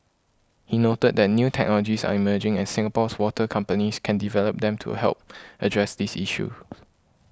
he noted that new technologies are emerging and Singapore's water companies can develop them to help address these issues